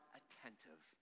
attentive